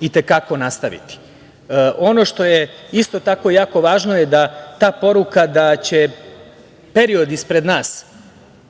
i te kako nastaviti. Ono što je isto tako jako važno da ta poruka da će period ispred nas